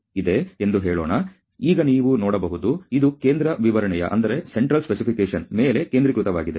ನೀವು ಈಗ ನೋಡಬಹುದು ಇದು ಕೇಂದ್ರ ವಿವರಣೆಯ ಮೇಲೆ ಕೇಂದ್ರೀಕೃತವಾಗಿದೆ